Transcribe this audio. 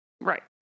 Right